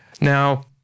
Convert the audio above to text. Now